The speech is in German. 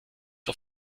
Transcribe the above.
auf